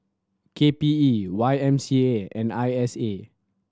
K P E Y M C A and I S A